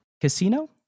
Casino